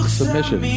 submission